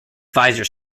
visor